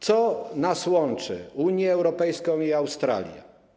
Co nas łączy, Unię Europejską i Australię?